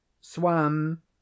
swam